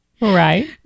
right